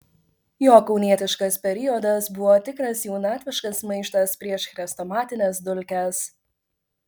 jo kaunietiškas periodas buvo tikras jaunatviškas maištas prieš chrestomatines dulkes